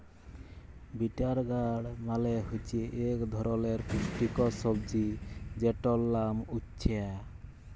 bitter গাড় মালে হছে ইক ধরলের পুষ্টিকর সবজি যেটর লাম উছ্যা